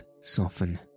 soften